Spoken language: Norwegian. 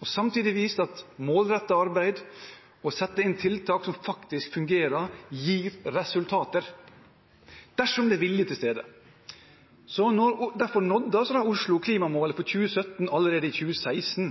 og samtidig vist at målrettet arbeid og å sette inn tiltak som faktisk fungerer, gir resultater – dersom det er vilje til stede. Derfor nådde Oslo klimamålet for 2017 allerede i 2016.